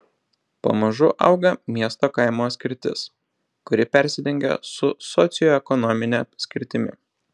pamažu auga miesto kaimo skirtis kuri persidengia su socioekonomine skirtimi